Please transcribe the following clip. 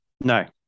No